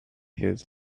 his